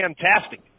fantastic